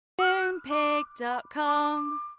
Moonpig.com